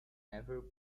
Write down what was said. never